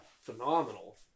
phenomenal